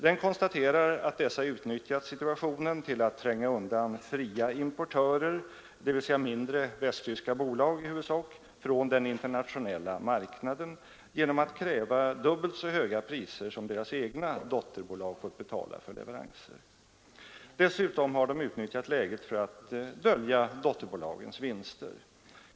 Den konstaterar att dessa utnyttjat situationen till att tränga undan fria importörer, dvs. mindre västtyska bolag, från den internationella marknaden genom att kräva dubbelt så höga priser som deras egna dotterbolag fått betala för leveranser. Dessutom har de utnyttjat läget för att dölja dotterbolagens vinster.